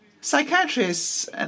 psychiatrists